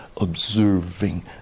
observing